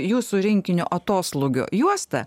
jūsų rinkinio atoslūgio juosta